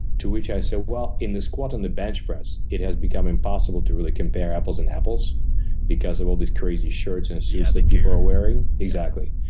to which i say, well, in the squat and the bench press, it has become impossible to really compare apples and apples because of all these crazy shirts and suits that people are wearing. exactly.